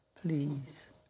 please